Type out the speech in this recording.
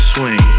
Swing